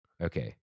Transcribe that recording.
Okay